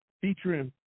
Featuring